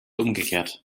umgekehrt